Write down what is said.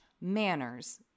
manners